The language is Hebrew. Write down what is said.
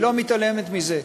היא לא מתעלמת מזה,